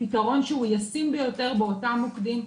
פתרון שהוא ישים ביותר באותם מוקדים.